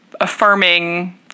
affirming